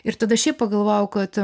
ir tada šiaip pagalvojau kad